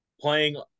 playing